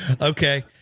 Okay